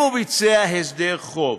אם הוא ביצע הסדר חוב,